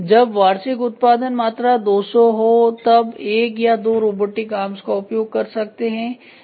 जब वार्षिक उत्पादन मात्रा 200 हो तब 1 या 2 रोबोटिक आर्म्स का उपयोग कर सकते हैं